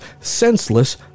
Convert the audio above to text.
senseless